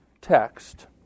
text